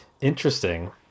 Interesting